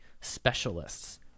specialists